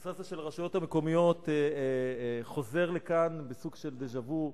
הנושא הזה של רשויות מקומיות חוזר לכך בסוג של דז'ה-וו,